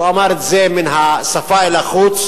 הוא אמר את זה מן השפה ולחוץ,